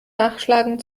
nachschlagen